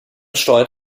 steuert